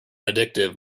addictive